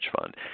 fund